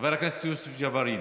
חבר הכנסת יוסף ג'בארין,